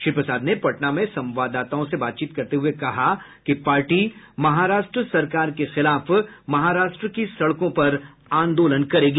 श्री प्रसाद ने पटना में संवाददाताओं से बातचीत करते हुए कहा कि पार्टी सरकार के खिलाफ महाराष्ट्र की सड़कों पर आंदोलन करेगी